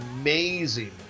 amazing